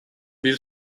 bir